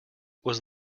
was